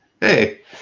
Hey